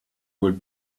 would